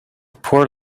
poor